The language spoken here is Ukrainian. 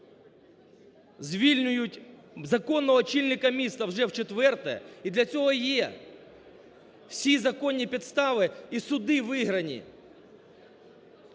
звільняють законного очільника міста вже вчетверте, і для цього є всі законні підстави, і суди виграні.